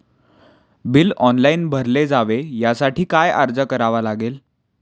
Bill online भरले जावे यासाठी काय अर्ज करावा लागेल?